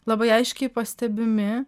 labai aiškiai pastebimi